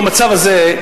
במצב הזה,